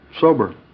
Sober